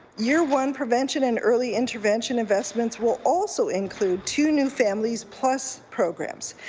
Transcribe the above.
year one prevention and early intervention investments will also include two new families plus programs.